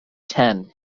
ten